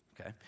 Okay